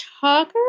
Talker